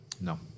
No